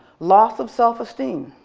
loss of self esteem,